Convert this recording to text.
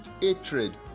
hatred